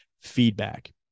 feedback